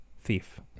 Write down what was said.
Thief